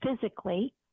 physically